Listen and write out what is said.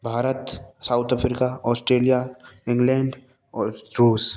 Bharat South Africa Australia England और रूस